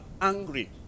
angry